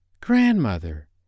Grandmother